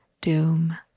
doom